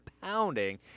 pounding